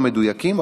לא מדויקים,